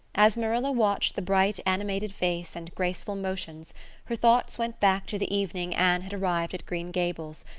as marilla watched the bright, animated face and graceful motions her thoughts went back to the evening anne had arrived at green gables,